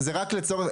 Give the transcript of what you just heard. זה רק לצורך,